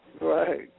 Right